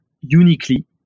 uniquely